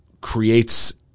creates